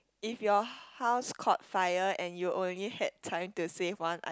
if your house caught fire and you only had time to save one i~